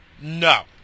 no